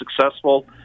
successful